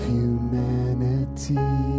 humanity